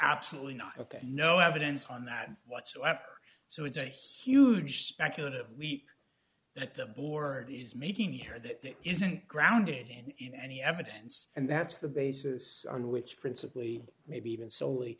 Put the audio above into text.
absolutely not ok no evidence on that whatsoever so it's a huge speculative week that the board is making here that isn't grounded in any evidence and that's the basis on which principally maybe even solely